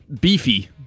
beefy